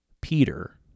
Peter